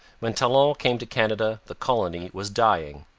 when talon came to canada, the colony was dying.